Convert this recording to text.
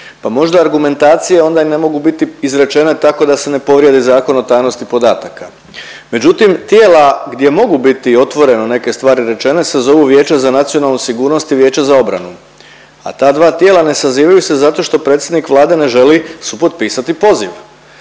pa možda argumentacije onda i ne mogu biti izrečene tako da se ne povrijedi Zakon o tajnosti podataka. Međutim, tijela gdje mogu biti otvoreno neke stvari rečene se zovu Vijeće za nacionalnu sigurnost i Vijeće za obranu, a ta dva tijela ne sazivaju se zato što predsjednik Vlade ne želi supotpisati poziv.